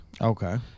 Okay